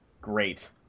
great